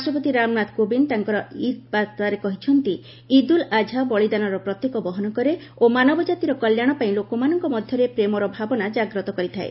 ରାଷ୍ଟ୍ରପତି ରାମନାଥ କୋବିନ୍ଦ ତାଙ୍କର ଇଦ୍ ବାର୍ତ୍ତାରେ କହିଛନ୍ତି ଇଦ୍ ଉଲ୍ ଆଝା ବଳିଦାନର ପ୍ରତୀକ ବହନ କରେ ଓ ମାନବ ଜାତିର କଲ୍ୟାଣ ପାଇଁ ଲୋକମାନଙ୍କ ମଧ୍ୟରେ ପ୍ରେମର ଭାବନା କାଗ୍ରତ କରିଥାଏ